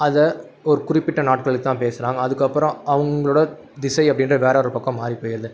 அதை ஒரு குறிப்பிட்ட நாட்களுக்கு தான் பேசுகிறாங்க அதுக்கு அப்பறம் அவர்களோட திசை அப்படின்றது வேறு ஒரு பக்கம் மாறி போயிடுது